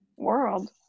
world